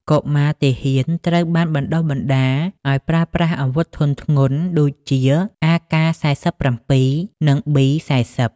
កុមារទាហានត្រូវបានបណ្ដុះបណ្ដាលឱ្យប្រើប្រាស់អាវុធធុនធ្ងន់ដូចជា AK-47 និង B-40។